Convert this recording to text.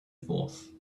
fourth